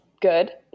good